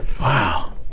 wow